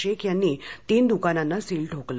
शेख यांनी तीन दुकानांना सील ठोकले